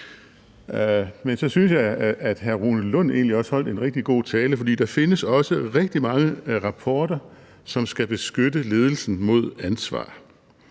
Men så synes jeg, at hr. Rune Lund egentlig også holdt en rigtig god tale, for der findes også rigtig mange rapporter, som skal beskytte ledelsen mod ansvar.